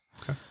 Okay